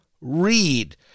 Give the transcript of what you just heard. read